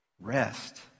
Rest